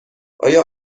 آیا